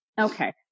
Okay